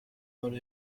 muri